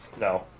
No